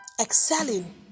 excelling